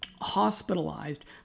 hospitalized